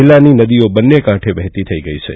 જિલ્લાની તમામ નદીઓ બંને કાંઠે વહેતી થઈ ગઈ છે